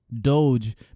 Doge